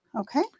Okay